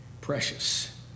precious